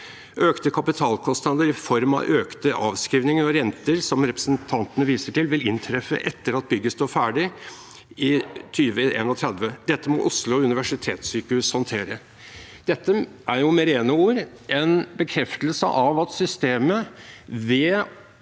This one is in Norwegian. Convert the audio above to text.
Økte kapitalkostnader i form av økte avskrivninger og renter som representantene viser til, vil inntreffe etter at bygget står ferdig i 2031. Dette må Oslo universitetssykehus håndtere.» Dette er med rene ord en bekreftelse av at systemet ved